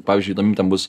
pavyzdžiui įdomi ten bus